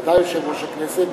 ודאי יושב-ראש הכנסת,